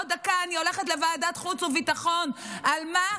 עוד דקה אני הולכת לוועדת חוץ וביטחון על מה?